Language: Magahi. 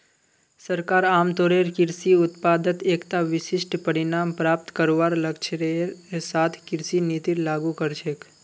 सरकार आमतौरेर कृषि उत्पादत एकता विशिष्ट परिणाम प्राप्त करवार लक्ष्येर साथ कृषि नीतिर लागू कर छेक